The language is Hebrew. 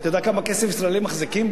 אתה יודע כמה כסף ישראלים מחזיקים,